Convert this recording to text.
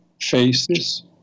faces